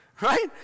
right